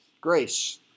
grace